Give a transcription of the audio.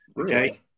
Okay